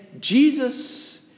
Jesus